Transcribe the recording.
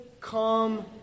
come